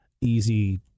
easy